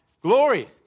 Glory